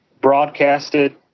broadcasted